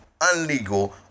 unlegal